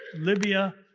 libya,